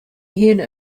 hiene